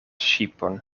ŝipon